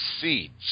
Seeds